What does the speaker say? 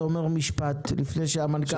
אתה אומר משפט לפני שהמנכ"ל משיב.